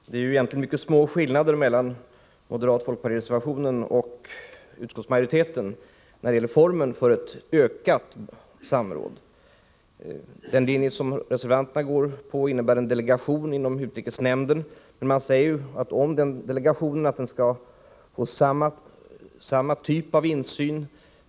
Fru talman! Det är egentligen mycket små skillnader mellan moderatfolkpartireservationen och utskottsmajoriteten när det gäller formen för ett ökat samråd. Den linje som reservanterna följer innebär en delegation inom utrikesnämnden, men typen av insyn är densamma.